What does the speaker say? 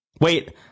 wait